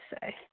say